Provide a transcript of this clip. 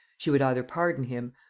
she would either pardon him,